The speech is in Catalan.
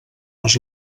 les